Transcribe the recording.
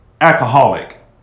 alcoholic